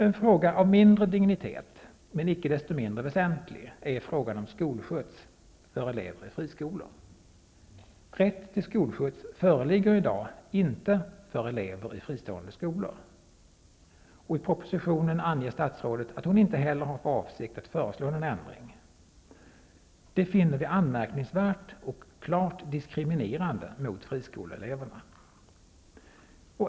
En fråga av mindre dignitet, men icke desto mindre väsentlig, är frågan om skolskjuts för elever i friskolor. Rätt till skolskjuts föreligger i dag inte för elever i fristående skolor. I propositionen anger statsrådet att hon inte heller har för avsikt att föreslå någon ändring. Detta finner vi anmärkningsvärt och klart diskriminerande mot friskoleeleverna.